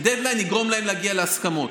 כי דדליין יגרום להם להגיע להסכמות.